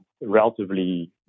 relatively